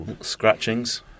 Scratchings